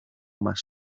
más